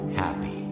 happy